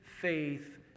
faith